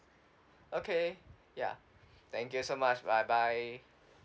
okay ya thank you so much bye bye